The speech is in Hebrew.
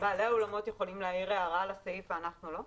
בעלי האולמות יכולים להעיר הערה על הסעיף ואנחנו לא?